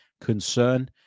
concern